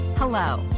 Hello